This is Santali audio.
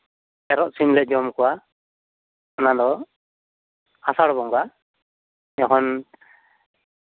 ᱮᱨᱚᱜ ᱥᱤᱢᱞᱮ ᱡᱚᱢ ᱠᱚᱣᱟ ᱚᱱᱟ ᱫᱚ ᱟᱥᱟᱲ ᱵᱚᱸᱜᱟ ᱡᱚᱠᱷᱚᱱ